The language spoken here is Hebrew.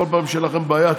כל פעם שתהיה לכם בעיה,